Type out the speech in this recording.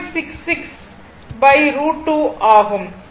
66 √ 2 ஆகும்